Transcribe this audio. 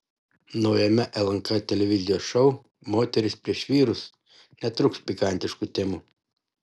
naujame lnk televizijos šou moterys prieš vyrus netrūks pikantiškų temų